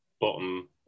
bottom